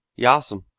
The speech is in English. yas'm.